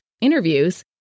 interviews